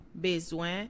besoin